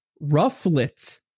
Rufflet